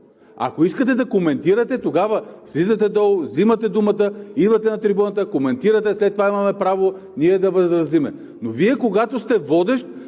Ако искате да коментирате, тогава слизате долу, взимате думата, идвате на трибуната, коментирате, след това ние имаме право да възразим. Вие, когато сте водещ,